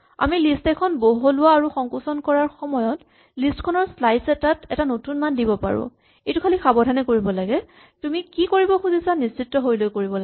আমি লিষ্ট এখন বহলোৱা বা সংকুচন কৰাৰ সময়ত লিষ্ট খনৰ স্লাইচ এটাত এটা নতুন মান দিব পাৰোঁ এইটো খালী সাৱধানে কৰিব লাগে তুমি কি কৰিব খুজিছা নিশ্চিত হৈ কৰিব লাগে